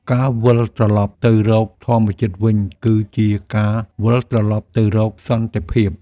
ការវិលត្រឡប់ទៅរកធម្មជាតិ គឺជាការវិលត្រឡប់ទៅរកសន្តិភាព។